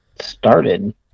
started